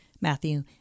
Matthew